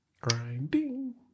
Grinding